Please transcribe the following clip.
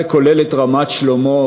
זה כולל את רמת-שלמה,